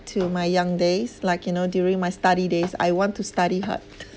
to my young days like you know during my study days I want to study hard